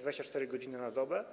24 godziny na dobę.